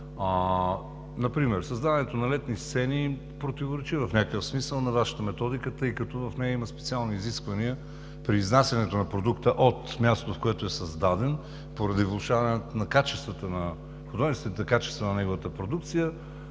на това – създаването на летни сцени в някакъв смисъл противоречи на Вашата методика, тъй като в нея има специални изисквания при изнасянето на продукта от мястото, в което е създаден – поради влошаването на художествените качества на неговата продукция,